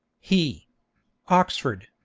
he oxford,